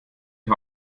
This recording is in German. die